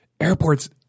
airports